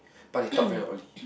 but he talk very loudly